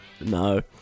no